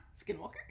Skinwalker